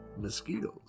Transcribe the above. mosquitoes